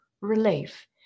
relief